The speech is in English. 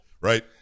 Right